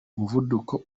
muvuduko